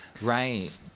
Right